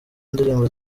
ndirimbo